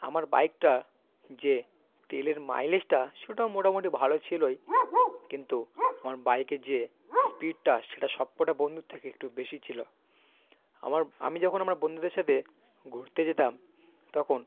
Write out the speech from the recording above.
আমার বাইকটা যে তেলের মাইলেজটা সেটাও মোটামোটি ভালো ছিলোই কিন্তু আমার বাইকের যে স্পিডটা সেটা সবকটা বন্ধুর থেকে একটু বেশি ছিলো আমার আমি যখন আমার বন্ধুদের সাথে ঘুরতে যেতাম তখন